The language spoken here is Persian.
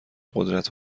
قدرت